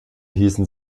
hießen